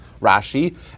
Rashi